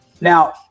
Now